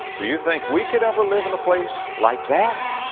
do you think we could ever live in a place like that?